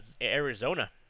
Arizona